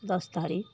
दस तारीख